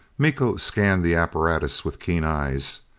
miko scanned the apparatus with keen eyes.